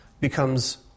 becomes